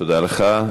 תודה לך.